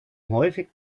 häufig